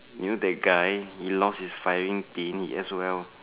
you know that guy he lost his firing pin he S_O_L